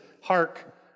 hark